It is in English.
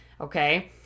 okay